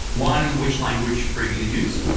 one which language are you going to use,